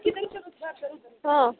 ہاں